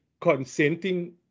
consenting